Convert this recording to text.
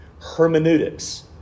hermeneutics